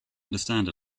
understand